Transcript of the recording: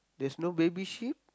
there's no baby sheep